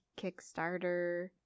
Kickstarter